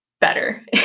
better